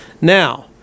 Now